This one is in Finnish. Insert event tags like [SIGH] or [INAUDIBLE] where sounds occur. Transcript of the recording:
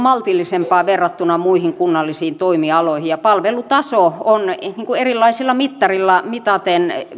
[UNINTELLIGIBLE] maltillisempaa verrattuna muihin kunnallisiin toimialoihin ja palvelutaso on erilaisilla mittareilla mitaten